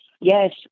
yes